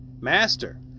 Master